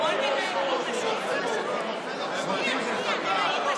אנחנו בודקים את זה, ונפעל בדיוק על פי